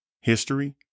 history